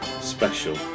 special